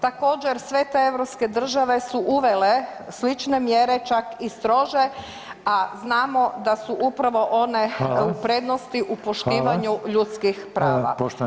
Također sve te europske države su uvele slične mjere, čak i strože, a znamo da su upravo one u prednosti [[Upadica: Hvala.]] u poštivanju ljudskih prava.